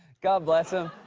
god bless him.